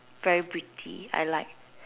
very pretty I like